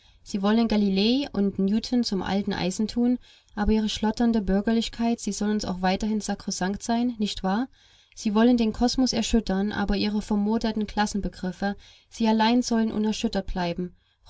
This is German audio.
sie wollen galilei und newton zum alten eisen tun aber ihre schlotternde bürgerlichkeit sie soll uns auch weiterhin sakrosankt sein nicht wahr sie wollen den kosmos erschüttern aber ihre vermoderten klassenbegriffe sie allein sollen unerschüttert bleiben